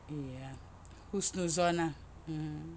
ya husnuzon lah mm